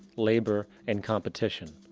labor, and competition.